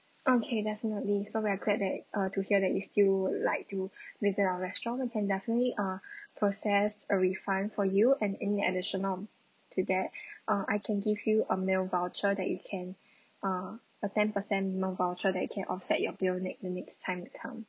okay definitely somewhere I'm glad that uh to hear that you still like to visit our restaurant we can definitely uh process a refund for you and any additional to that uh I can give you a meal voucher that you can uh a ten percent meal voucher that you can offset your bill next the next time you come